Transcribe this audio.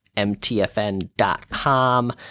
mtfn.com